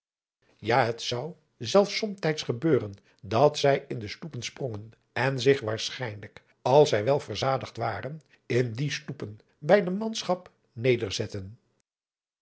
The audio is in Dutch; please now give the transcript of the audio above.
ja het zou zelfs somtijds gebeuren dat zij in de sloepen sprongen en zich waarschijnlijk als zij wel verzadigd waren in die sloepen bij de manschap